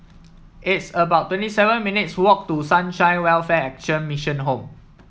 it's about twenty seven minutes' walk to Sunshine Welfare Action Mission Home